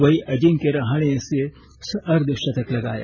वहीं अजिंक्य रहाणे से अर्धशतक लगाया